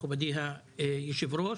מכובדי היושב-ראש.